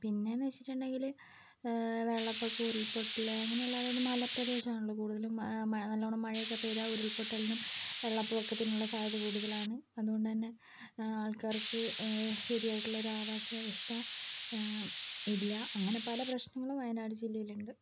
പിന്നെ എന്ന് വെച്ചിട്ടുണ്ടെങ്കിൽ വെള്ളപ്പൊക്കം ഉരുൾപൊട്ടൽ ഇങ്ങനെയുള്ള അതായത് മലപ്രദേശമാണല്ലോ കൂടുതലും നല്ലവണ്ണം മഴയൊക്കെ പെയ്താൽ ഉരുൾപൊട്ടലിനും വെള്ളപ്പൊക്കത്തിനും ഉള്ള സാധ്യത കൂടുതലാണ് അതുകൊണ്ടുതന്നെ ആൾക്കാർക്ക് ശരിയായിട്ടുള്ള ഒരു ആവാസ വ്യവസ്ഥ ഇല്ല അങ്ങനെ പല പ്രശ്നങ്ങളും വയനാട് ജില്ലയിലുണ്ട്